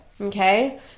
Okay